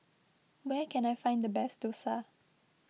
where can I find the best Dosa